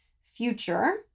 future